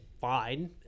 fine